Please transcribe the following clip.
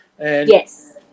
Yes